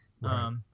Right